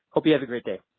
hope you have a great day.